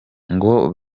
ngo